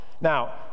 Now